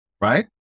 Right